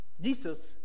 Jesus